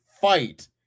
fight